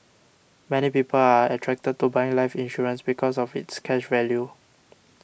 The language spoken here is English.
many people are attracted to buying life insurance because of its cash value